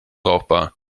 brauchbar